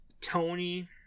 Tony